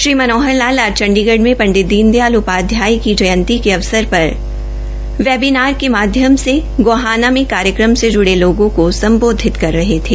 श्री मनोहर लाल आज चंडीगढ़ में पंडित दीन दयाल उपाध्याय की जयंती के अवसर पर वेबिनार के माध्यम से गोहाना में कार्यक्रम से जुड़े लोगों को संबोधित कर रहे थे